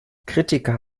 kritiker